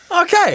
Okay